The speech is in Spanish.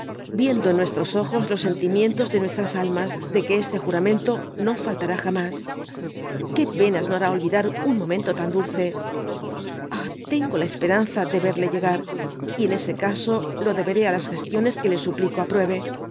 en nuestros ojos los sentimientos de nuestras almas de tjae este juramentólo faltará jamas qué penas no hará olvidar un momento tan dulce ah tengo la esperanza de verle llegar y en ese caso lo deberé á las gestiones que le súpuco apruebe